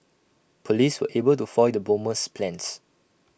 Police were able to foil the bomber's plans